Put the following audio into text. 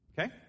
Okay